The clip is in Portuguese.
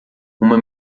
uma